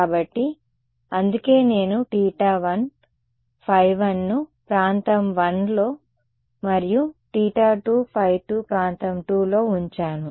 కాబట్టి అందుకే నేను θ 1 ϕ1 ను ప్రాంతం I లో మరియు θ 2 ϕ2 ప్రాంతం IIలో ఉంచాను